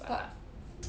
what